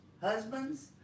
husbands